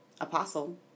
Apostle